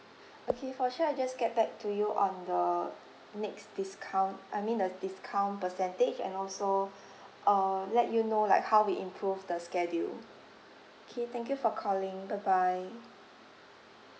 okay for sure I'll just get back to you on the next discount I mean the discount percentage and also uh let you know like how we improve the schedule K thank you for calling bye bye